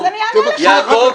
אז אני אענה לך,